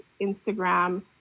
Instagram